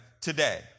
today